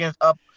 up